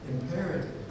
imperative